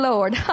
Lord